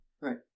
Right